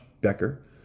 Becker